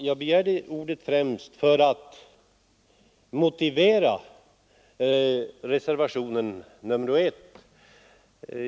Jag begärde ordet främst för att motivera reservationen 1.